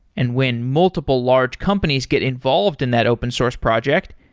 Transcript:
and when multiple large companies get involved in that open source project,